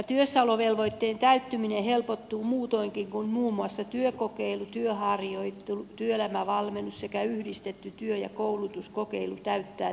työssäolovelvoitteen täyttyminen helpottuu muutoinkin kun muun muassa työkokeilu työharjoittelu työelämävalmennus sekä yhdistetty työ ja koulutuskokeilu täyttävät työssäolovelvoitteet